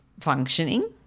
functioning